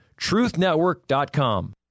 Truthnetwork.com